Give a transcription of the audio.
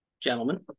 gentlemen